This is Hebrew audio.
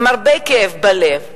עם הרבה כאב בלב,